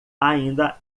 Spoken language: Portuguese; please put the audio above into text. ainda